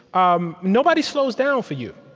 um nobody slows down for you.